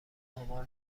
آمار